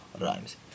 rhymes